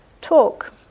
talk